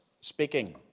speaking